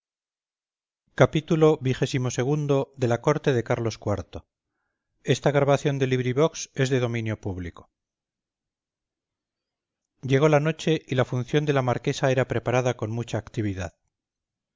xxvi xxvii xxviii la corte de carlos iv de benito pérez galdós llegó la noche y la función de la marquesa era preparada con mucha actividad